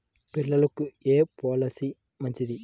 పిల్లలకు ఏ పొలసీ మంచిది?